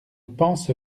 pense